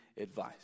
advice